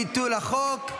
ביטול החוק).